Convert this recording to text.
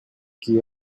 qui